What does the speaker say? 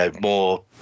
more